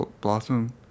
blossom